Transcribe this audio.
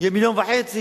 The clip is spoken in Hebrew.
יהיה מיליון וחצי.